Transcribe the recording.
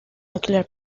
ocular